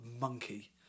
monkey